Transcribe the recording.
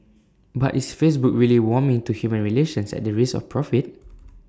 but is Facebook really warming to human relations at the risk of profit